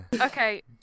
Okay